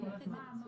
כל הזמן.